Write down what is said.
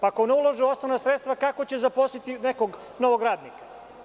Ako ne ulože u osnovna sredstva, kako će zaposliti nekog novog radnika.